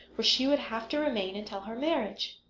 where she would have to remain until her marriage.